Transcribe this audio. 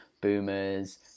boomers